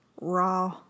raw